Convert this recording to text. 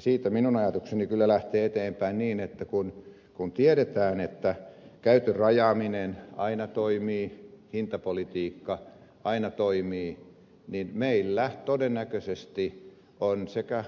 siitä minun ajatukseni kyllä lähtee eteenpäin niin että kun tiedetään että käytön rajaaminen aina toimii hintapolitiikka aina toimii niin meillä todennäköisesti on sekä